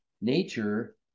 nature